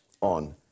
on